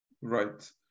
Right